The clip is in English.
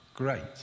Great